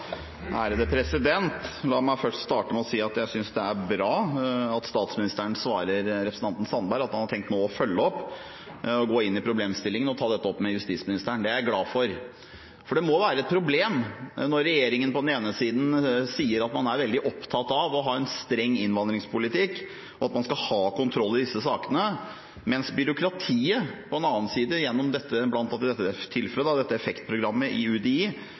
Sandberg at han har tenkt å følge opp og gå inn i problemstillingen og ta dette opp med justisministeren. Det er jeg glad for. Det må være et problem når regjeringen på den ene siden sier at man er veldig opptatt av å ha en streng innvandringspolitikk, og at man skal ha kontroll i disse sakene, mens byråkratiet på den annen side gjennom dette tilfellet med EFFEKT-programmet i UDI nå velger å gå til det skritt å redusere kontrollen. Slik sett er det egentlig litt alvorlig på mange måter at statsministeren ikke er kjent med det. Jeg er i